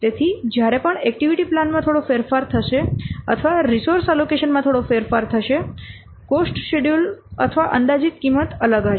તેથી જ્યારે પણ એક્ટિવિટી પ્લાન માં થોડો ફેરફાર થશે અથવા રિસોર્સ એલોકેશન માં થોડો ફેરફાર થશે કોસ્ટ શેડ્યૂલ અથવા અંદાજિત કિંમત અલગ હશે